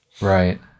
Right